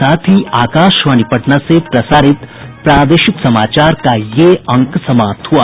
इसके साथ ही आकाशवाणी पटना से प्रसारित प्रादेशिक समाचार का ये अंक समाप्त हुआ